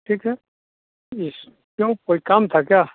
ठीक है इस क्यों कोई काम था क्या